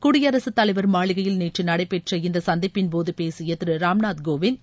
குடியரசுத் தலைவர் மாளிகையில் நேற்று நடைபெற்ற இந்த சந்திப்பின்போது பேசிய திரு ராம்நாத் கோவிந்த்